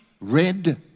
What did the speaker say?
red